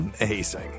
amazing